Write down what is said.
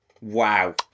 Wow